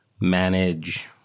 manage